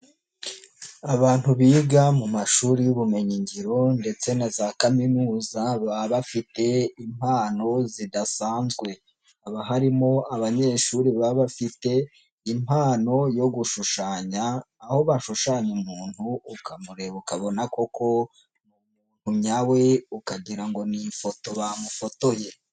Abantu biga mu mashuri y'ubumenyingiro ndetse na za kaminuza bafite impano zidasanzwe. Haba harimo abanyeshuri baba bafite impano yo gushushanya, aho bashushanya umuntu, ukamureba ukabona koko nyawe ukagira ngo ni ifoto bamufotoye.